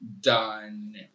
done